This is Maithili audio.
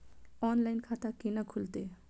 ऑनलाइन खाता केना खुलते?